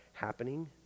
happening